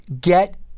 get